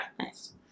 nice